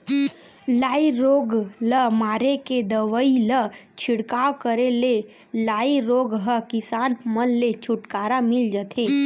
लाई रोग ल मारे के दवई ल छिड़काव करे ले लाई रोग ह किसान मन ले छुटकारा मिल जथे